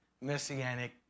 messianic